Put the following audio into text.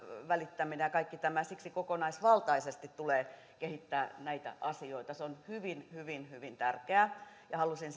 välittäminen ja kaikki tämä siksi kokonaisvaltaisesti tulee kehittää näitä asioita se on hyvin hyvin hyvin tärkeää ja halusin